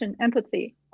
empathy